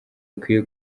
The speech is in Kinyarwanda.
ikwiye